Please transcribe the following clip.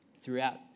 Throughout